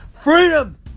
Freedom